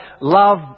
love